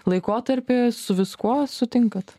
laikotarpį su viskuo sutinkat